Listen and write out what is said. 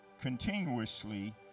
continuously